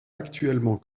actuellement